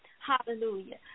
Hallelujah